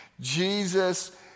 Jesus